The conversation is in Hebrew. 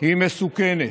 היא מסוכנת.